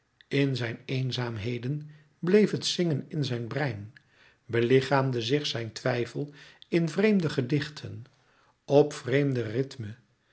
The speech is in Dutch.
in zijne eenzaamheden bleef het zingen in zijn brein belichaamde zich zijn twijfel in vreemde gedichten op vreemde rythme